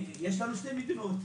יש לנו שתי מדינות,